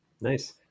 Nice